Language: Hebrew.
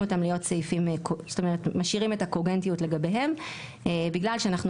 זאת אומרת משאירים את הקוגנטיות לגביהם בגלל שאנחנו